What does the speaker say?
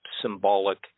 symbolic